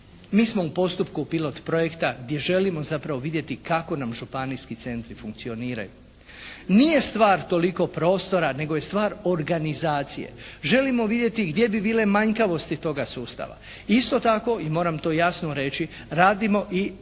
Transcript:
Mi smo u postupku pilot projekta gdje želimo zapravo vidjeti kako nam županijski centri funkcioniraju. Nije stvar toliko prostora, nego je stvar organizacije. Želimo vidjeti gdje bi bile manjkavosti toga sustava. Isto tako, i moram to jasno reći, radimo i po principu